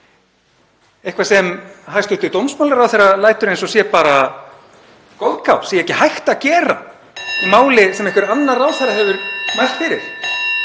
eitthvað sem hæstv. dómsmálaráðherra lætur eins og sé goðgá, sé ekki hægt að gera í máli sem einhver annar ráðherra hefur mælt fyrir.